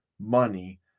money